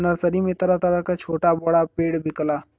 nursery में तरह तरह क छोटा बड़ा पेड़ बिकला